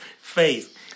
faith